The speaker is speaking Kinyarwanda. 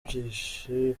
byinshi